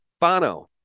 Bono